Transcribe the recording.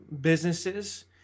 businesses